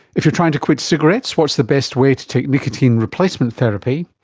if you're trying to quit cigarettes, what's the best way to take nicotine replacement therapy?